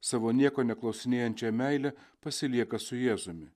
savo nieko neklausinėjančia meile pasilieka su jėzumi